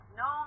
no